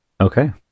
Okay